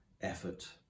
effort